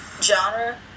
genre